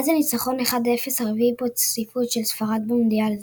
היה זה הניצחון 1 - 0 הרביעי ברציפות של ספרד במונדיאל זה.